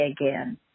again